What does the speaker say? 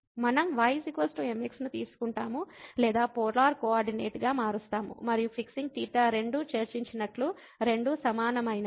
కాబట్టి మనం y mx ను తీసుకుంటాము లేదా పోలార్ కోఆర్డినేట్గా మారుస్తాము మరియు ఫిక్సింగ్ θ రెండూ చర్చించినట్లు రెండూ సమానమైనవి